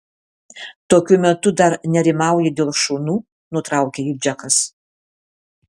tokiu metu dar nerimauji dėl šunų nutraukė jį džekas